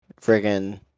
friggin